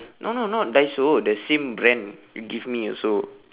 no no not Daiso the same brand you give me also